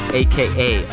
aka